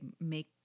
make